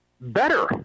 better